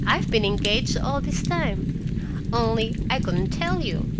i've been engaged all this time only i couldn't tell you,